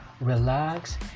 relax